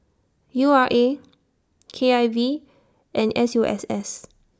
U R A K I V and S U S S